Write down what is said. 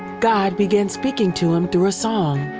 god began speaking to him through a song.